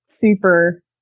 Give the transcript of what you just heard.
super